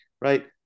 right